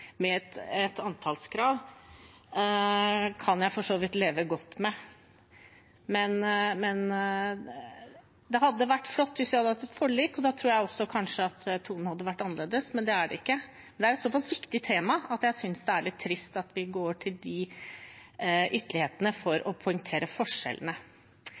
et antallskrav, kan jeg for så vidt leve godt med, men det hadde vært flott hvis vi hadde hatt et forlik. Da tror jeg kanskje også at tonen hadde vært annerledes. Dette er et så pass viktig tema at jeg synes det er litt trist at man går til de ytterlighetene for å poengtere forskjellene.